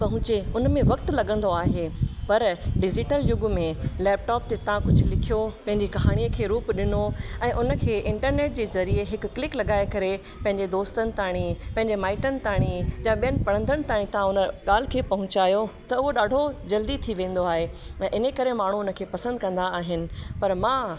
पहुचे उन में वक़्तु लॻंदो आहे पर डिजिटल युग में लैपटॉप ते तव्हां कुझु लिखियो पंहिंजी कहाणीअ खे रूप ॾिनो ऐं उन खे इंटरनेट जे ज़रिए हिकु क्लिक लॻाए करे पंहिंजे दोस्तनि ताणी पंहिंजे माइटनि ताणीजा ॿियनि पढ़ंदड़ ता उन ॻाल्हि खे पहुचायो त हो ॾाढो जल्दी थी वेंदो आहे त इन करे माण्हू उन खे पसंदि कंदा आहिनि पर मां